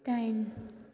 दाइन